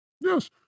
Yes